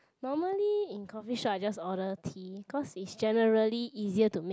normally in coffeeshop I just order tea cause is generally easier to make